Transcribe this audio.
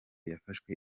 yafashwe